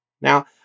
Now